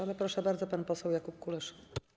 Ale proszę bardzo, pan poseł Jakub Kulesza.